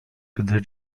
gdy